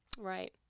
Right